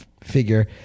figure